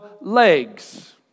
legs